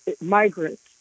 migrants